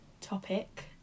topic